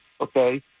okay